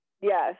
Yes